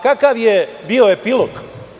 Kakav je bio epilog?